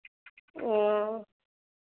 हाँ